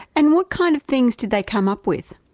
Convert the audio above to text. and what kind of things did they come up with?